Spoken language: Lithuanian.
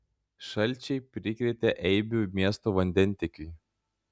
šalčiai prikrėtė eibių miesto vandentiekiui